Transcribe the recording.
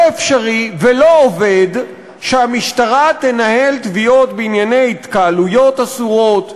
לא אפשרי ולא עובד שהמשטרה תנהל תביעות בענייני התקהלויות אסורות,